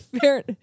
fair